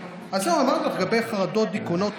אמרתי לך לגבי חרדות, דיכאונות.